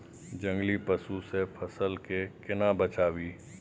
जंगली पसु से फसल के केना बचावी?